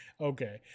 okay